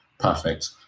Perfect